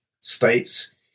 states